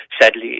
Sadly